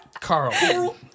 Carl